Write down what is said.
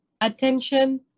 attention